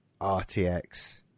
rtx